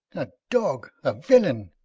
a dog, a villain,